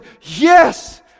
yes